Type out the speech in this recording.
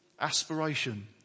aspiration